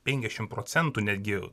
penkiasdešimt procentų netgi